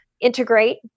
integrate